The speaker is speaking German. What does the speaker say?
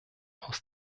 aus